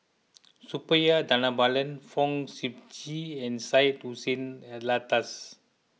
Suppiah Dhanabalan Fong Sip Chee and Syed Hussein Alatas